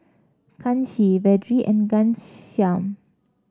Kanshi Vedre and Ghanshyam